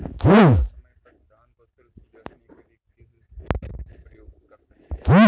ज़्यादा समय तक धान को सुरक्षित रखने के लिए किस स्प्रे का प्रयोग कर सकते हैं?